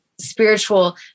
spiritual